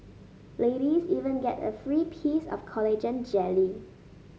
ladies even get a free piece of collagen jelly